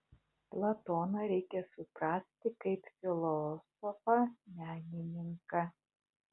platoną reikia suprasti kaip filosofą menininką